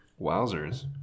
Wowzers